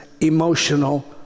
emotional